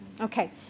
Okay